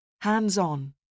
hands-on